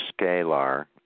scalar